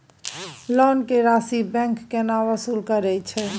Loan के राशि bank केना वसूल करे छै?